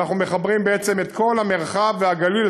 ואנחנו מחברים את כל המרחב והגליל.